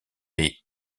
les